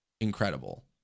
incredible